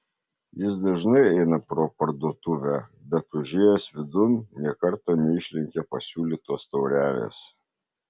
jis dažnai eina pro parduotuvę bet užėjęs vidun nė karto neišlenkė pasiūlytos taurelės